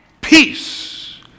Peace